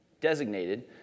designated